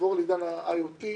לעבור לעידן ה-IOT,